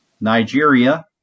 Nigeria